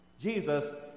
Jesus